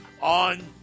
on